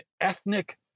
ethnic